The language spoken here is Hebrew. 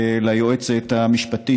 היועצת המשפטית,